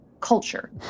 culture